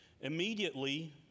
Immediately